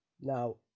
now